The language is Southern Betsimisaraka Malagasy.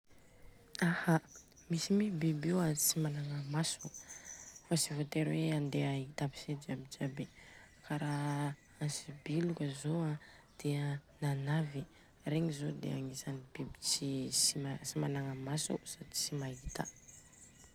Aha, misy mi biby io tsy managna maso fa tsy voatery hoe handeha hahita aby si jiabijiaby. Kara antsibiloka zô, dia a nanavy. Regny zô dia agnisany biby tsy manamaso sady tsy mahita.